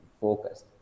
focused